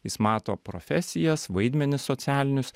jis mato profesijas vaidmenis socialinius